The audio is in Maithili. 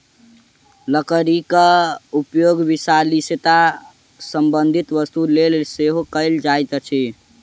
लकड़ीक उपयोग विलासिता संबंधी वस्तुक लेल सेहो कयल जाइत अछि